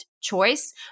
choice